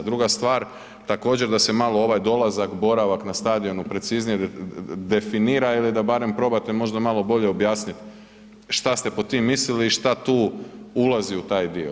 Druga stvar, također, da se malo ovaj dolazak, boravak na stadionu preciznije definira ili da barem probate možda malo bolje objasniti što ste pod tim mislili i što tu ulazi u taj dio.